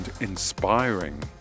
inspiring